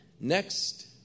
Next